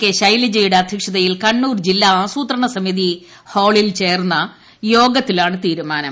K ശൈലജയുടെ അധ്യക്ഷതയിൽ കണ്ണൂർ ജില്ല ആസൂത്രണ സമിതി ഹാളിൽ ചേർന്ന യോഗത്തിലാണ് തീരുമാനം